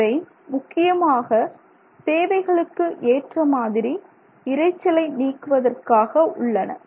இவை முக்கியமாக தேவைகளுக்கு ஏற்ற மாதிரி இரைச்சலை நீக்குவதற்காக உள்ளன